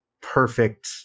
perfect